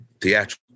theatrical